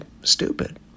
stupid